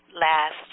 last